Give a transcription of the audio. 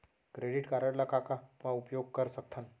Credit card ला का का मा उपयोग कर सकथन?